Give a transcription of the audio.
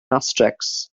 asterisk